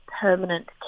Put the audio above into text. permanent